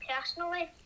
personally